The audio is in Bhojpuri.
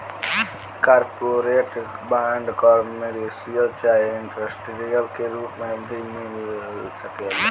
कॉरपोरेट बांड, कमर्शियल चाहे इंडस्ट्रियल के रूप में भी मिल सकेला